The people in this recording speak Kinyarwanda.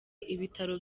ibitaro